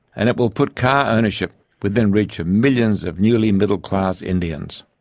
and it will put car ownership within reach of millions of newly middle class indians.